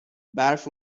برف